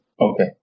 Okay